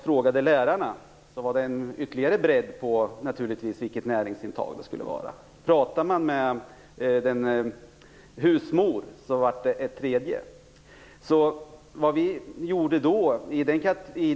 Frågade man lärarna var det större bredd på önskemålen om näringsintag, och pratade man med husmor fick man en tredje typ av önskemål.